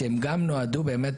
שהן גם נועדו באמת,